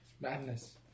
madness